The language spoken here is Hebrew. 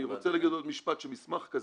אני רוצה להגיד עוד משפט שמסמך כזה,